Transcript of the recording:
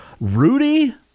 Rudy